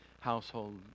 household